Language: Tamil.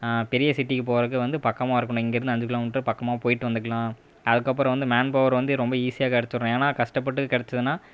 பெரிய சிட்டிக்கு போகிறது வந்து பக்கமாக இருக்கணும் இங்கேருந்து அஞ்சு கிலோமீட்டர் பக்கமாக போயிவிட்டு வந்துகலாம் அதுக்கு அப்புறம் வந்து மேன் பவர் வந்து ரொம்ப ஈஸியாக கிடச்சிரும் ஏன்னா கஷ்டப்பட்டு கிடச்சிதுனா